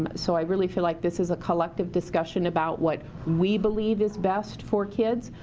um so i really feel like this is a collective discussion about what we believe is best for kids.